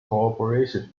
cooperation